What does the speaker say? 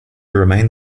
remained